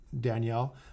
Danielle